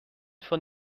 von